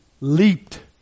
leaped